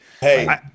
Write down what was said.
Hey